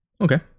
Okay